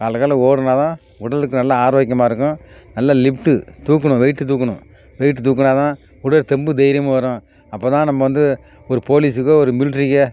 காலைல காலைல ஓடினா தான் உடலுக்கு நல்லா ஆரோக்கியமாக இருக்கும் நல்லா லிஃப்ட்டு தூக்கணும் வெயிட்டு தூக்கணும் வெயிட்டு தூக்குனா தான் உடல் தெம்பு தைரியமும் வரும் அப்போதான் நம்ம வந்து ஒரு போலீஸுக்கோ ஒரு மில்ட்ரியில்